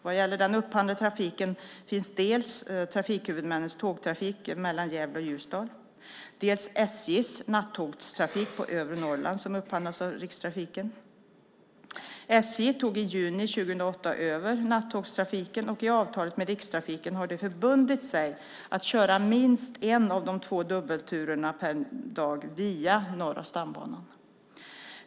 Vad gäller den upphandlade trafiken finns dels trafikhuvudmannens tågtrafik mellan Gävle och Ljusdal, dels SJ:s nattågstrafik på övre Norrland som upphandlas av Rikstrafiken. SJ tog i juni 2008 över nattågstrafiken. I avtalet med Rikstrafiken har de förbundit sig att köra minst en av de två dubbelturerna per dag via Norra stambanan.